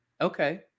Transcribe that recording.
Okay